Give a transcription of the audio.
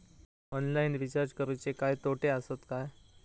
Online recharge करुचे काय तोटे आसत काय?